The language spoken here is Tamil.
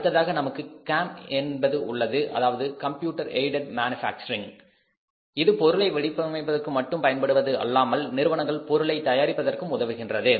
அடுத்ததாக நமக்கு CAM என்பது உள்ளது அதாவது கம்ப்யூட்டர் எய்டட் மேனுஃபாக்சரிங் இது பொருளை வடிவமைப்பதற்கு மட்டும் பயன்படுவது அல்லாமல் நிறுவனங்கள் பொருளை தயாரிப்பதற்கும் உதவுகின்றது